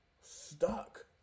stuck